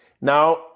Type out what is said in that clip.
Now